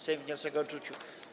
Sejm wniosek odrzucił.